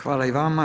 Hvala i vama.